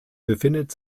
befindet